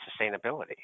sustainability